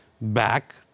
back